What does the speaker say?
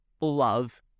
love